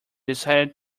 decided